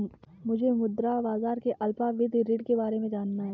मुझे मुद्रा बाजार के अल्पावधि ऋण के बारे में जानना है